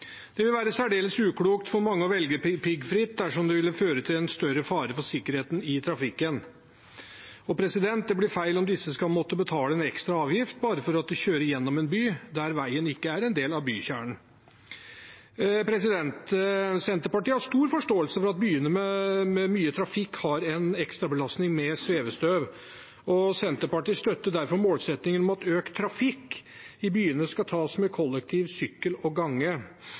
Det ville være særdeles uklokt for mange å velge piggfritt dersom det ville føre til en større fare for sikkerheten i trafikken, og det blir feil om disse skal måtte betale en ekstra avgift bare fordi de kjører gjennom en by der veien ikke er en del av bykjernen. Senterpartiet har stor forståelse for at byene med mye trafikk har en ekstrabelastning med svevestøv, og Senterpartiet støtter derfor målsettingen om at økt trafikk i byene skal tas med kollektiv, sykkel og gange.